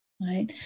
right